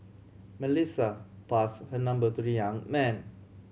Melissa pass her number to the young man